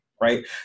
right